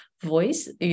voice